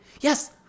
yes